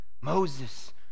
Moses